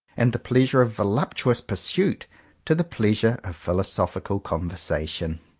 and the pleasure of voluptuous pursuit to the pleasure of philosophical conversation.